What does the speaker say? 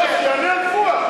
לא, שיענה על פואד.